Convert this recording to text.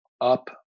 up